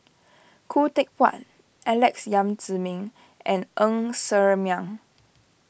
Khoo Teck Puat Alex Yam Ziming and Ng Ser Miang